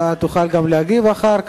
אתה תוכל גם להגיב אחר כך.